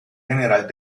general